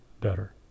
better